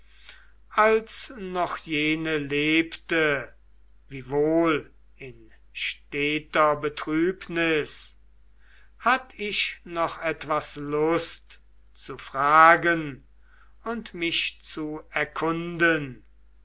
als noch jene lebte wiewohl in steter betrübnis hatt ich noch etwas lust zu fragen und mich zu erkunden